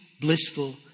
blissful